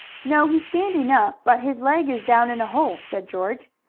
no, he's standing up, but his leg is down in a hole, said george.